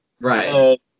Right